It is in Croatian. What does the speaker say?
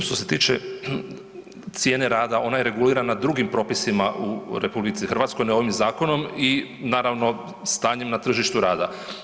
Što se tiče cijene rada ona je regulirana drugim propisima u RH ne ovim zakonom i naravno stanjem na tržištu rada.